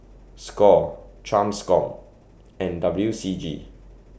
SCORE TRANSCOM and W C G